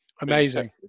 Amazing